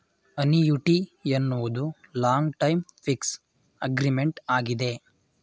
annuity ಎನ್ನುವುದು long time fix agreement ಆಗಿದೆ